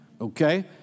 Okay